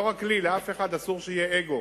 לא רק לי, לאף אחד אסור שיהיה אגו.